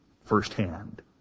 firsthand